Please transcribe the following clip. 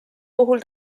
puhul